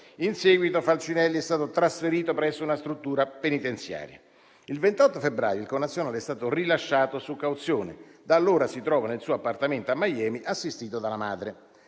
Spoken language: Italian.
In seguito Falcinelli è stato trasferito presso una struttura penitenziaria. Il 28 febbraio il connazionale è stato rilasciato su cauzione. Da allora si trova nel suo appartamento a Miami, assistito dalla madre.